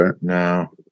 No